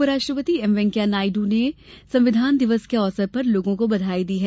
उपराष्ट्रपति एम वेंकैया नायडू ने संविधान दिवस के अवसर पर लोगों को बघाई दी है